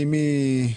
מי?